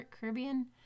Caribbean